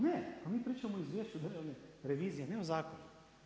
Ne, pa mi pričamo o izvješću Državne revizije ne o zakonu.